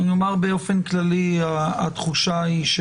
אני אומר באופן כללי שהתחושה היא,